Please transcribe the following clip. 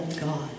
God